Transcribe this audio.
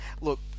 Look